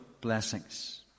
blessings